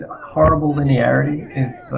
horrible linearity is